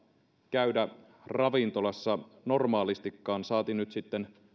käydä ravintolassa normaalistikaan saati nyt sitten